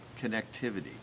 connectivity